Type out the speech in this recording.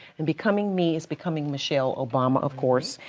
and becoming me is becoming michelle obama of course.